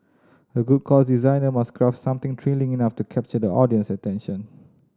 a good course designer must craft something thrilling enough to capture the audience attention